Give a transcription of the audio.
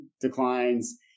declines